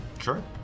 Sure